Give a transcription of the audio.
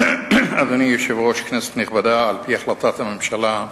אדוני היושב-ראש, כנסת נכבדה, על-פי החלטת הממשלה,